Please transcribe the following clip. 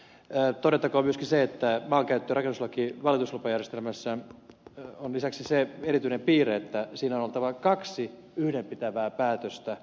todettakoon myöskin se että maankäyttö ja rakennuslain valituslupajärjestelmässä on lisäksi se erityinen piirre että siinä on oltava kaksi yhdenpitävää päätöstä